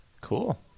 cool